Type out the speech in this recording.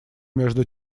между